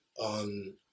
on